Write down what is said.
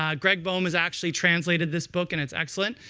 um greg boehm has actually translated this book, and it's excellent.